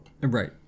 Right